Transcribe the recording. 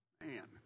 Man